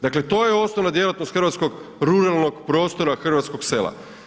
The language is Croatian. Dakle to je osnovna djelatnost hrvatskog ruralnog prostora hrvatskog sela.